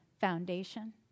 foundation